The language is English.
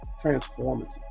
transformative